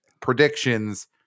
predictions